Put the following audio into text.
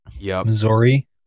Missouri